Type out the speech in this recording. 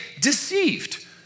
deceived